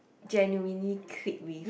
genuinely click with